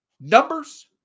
Numbers